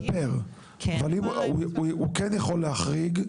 אבל הוא כן יכול להחריג.